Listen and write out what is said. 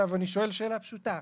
אני שואל שאלה פשוטה: